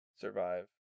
survive